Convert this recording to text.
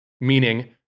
Meaning